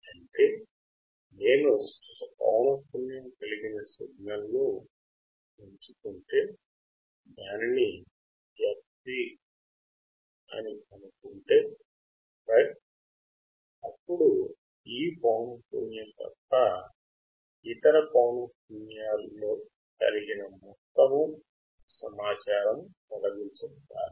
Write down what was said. కాబట్టి నేను ఒక పౌనఃపున్యాన్నిదానిని fc అనుకుంటే ఎంచుకుంటే అప్పుడు ఆ పౌనఃపున్యం తప్ప ఇతర పౌనఃపున్యాలలో ఉన్న సమాచారము తొలగించబడాలి